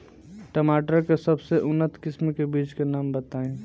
टमाटर के सबसे उन्नत किस्म के बिज के नाम बताई?